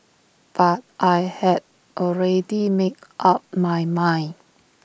but I had already made up my mind